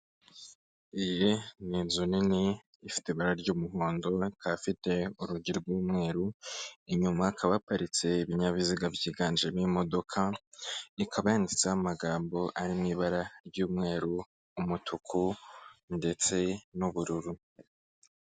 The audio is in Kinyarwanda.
Iyi ni inzu nini ifite ibara ry'umuhondo, ikaba ifite urugi rw'umweru, inyuma hakaba haparitse ibinyabiziga byiganjemo imodoka, ikaba yanditseho amagambo ari mu ibara ry'umweru, umutuku ndetse n'ubururu.